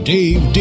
Dave